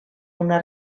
una